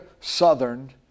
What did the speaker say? Southern